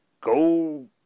Go